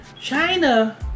China